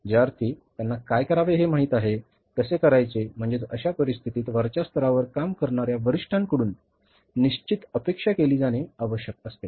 ज्याअर्थी त्यांना काय करावे हे माहित आहे कसे करायचे म्हणजेच अशा परिस्थितीत वरच्या स्तरावर काम करणार्या वरिष्ठांकडून निश्चित अपेक्षा केली जाणे आवश्यक असते